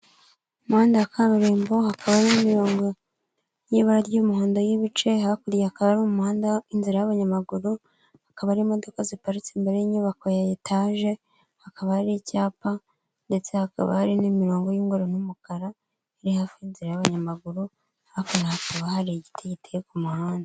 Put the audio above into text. Umuhanda wa kaburimbo, hakaba harimo irongo y'ibara ry'umuhondo y'ibice, hakurya hakaba hari umuhanda, inzira y'abanyamaguru, hakaba hari imodoka ziparitse imbere y'inyubako ya etaje, hakaba ari icyapa, ndetse hakaba hari n'imirongo y'umweru n'umukara, iri hafi y'inzira y'abanyamaguru, hakurya hakaba hari igiti giteye ku muhanda.